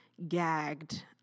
gagged